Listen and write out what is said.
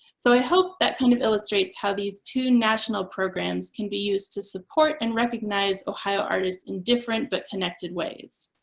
so i hope that kind of illustrates how these two national programs can be used to support and recognize ohio artists in different but connected ways.